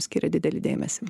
skiria didelį dėmesį